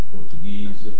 Portuguese